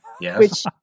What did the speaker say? Yes